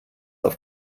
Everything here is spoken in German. auf